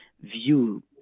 view